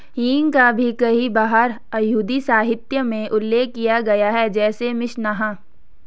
हींग का भी कई बार यहूदी साहित्य में उल्लेख किया गया है, जैसे मिशनाह